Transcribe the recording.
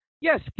yes